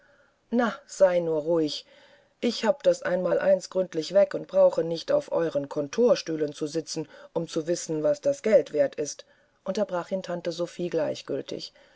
na sei nur ruhig ich hab das einmaleins gründlich weg und brauche nicht auf euren kontorstühlen zu sitzen um zu wissen was das geld wert ist unterbrach ihn tante sophie